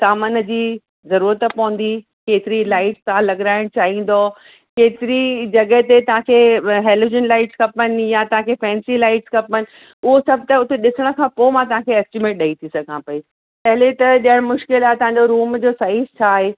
सामान जी ज़रूरत पवंदी केतिरी लाइट्स तव्हां लॻाइणु चाहींदो केतिरी जॻहि ते तव्हांखे हेलोजनम लाइट खपनि या तव्हांखे फैंसी लाइट्स खपनि उहे सभ त हुते ॾिसण खां पोइ मां तव्हांखे एस्टीमेट ॾई थी सघां पई पहिरियों त ॾियणु मुश्किल आहे तव्हांजे रूम जो साइज़ छा आहे